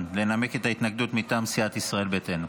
לנמק את ההתנגדות מטעם סיעת ישראל ביתנו.